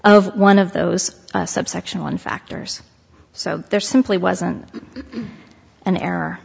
of one of those subsection one factors so there simply wasn't an error